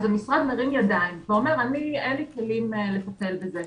המשרד מרים ידיים ואומר: אין לי כלים לטפל בזה.